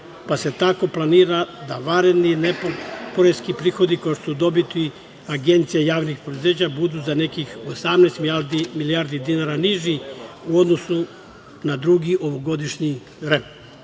pa se tako planira da vanredni i neporeski prihodi, kao što su dobiti agencija i javnih preduzeća, budu za nekih 18 milijardi dinara niži u odnosu na drugi ovogodišnji